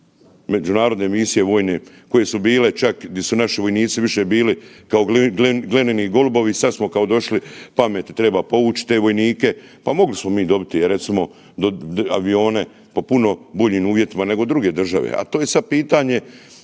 međunarodne misije vojne koje su bile čak i di su naši vojnici više bili kao glineni golubovi, sad smo kao došli pameti, treba povući te vojnike. Pa mogli smo mi dobiti recimo, avione po puno boljim uvjetima nego druge države, a to je sad pitanje